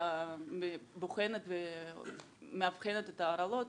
בוחנת ומאבחנת את ההרעלות,